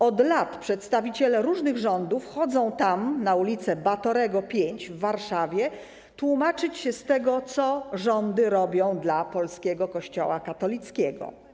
Od lat przedstawiciele różnych rządów chodzą na ul. Batorego 5 w Warszawie tłumaczyć się z tego co, rządy robią dla polskiego Kościoła katolickiego.